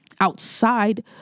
outside